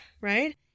right